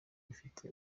ifite